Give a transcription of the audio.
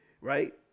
right